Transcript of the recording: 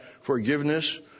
forgiveness